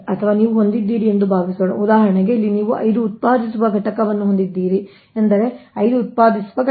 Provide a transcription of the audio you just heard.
ಅಥವಾ ನೀವು ಹೊಂದಿದ್ದೀರಿ ಎಂದು ಭಾವಿಸೋಣ ಉದಾಹರಣೆಗೆ ಇಲ್ಲಿ ನೀವು 5 ಉತ್ಪಾದಿಸುವ ಘಟಕವನ್ನು ಹೊಂದಿದ್ದೀರಿ ಎಂದರೆ 5 ಉತ್ಪಾದಿಸುವ ಘಟಕ